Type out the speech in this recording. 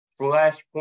flashpoint